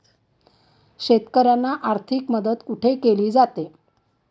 शेतकऱ्यांना आर्थिक मदत कुठे केली जाते?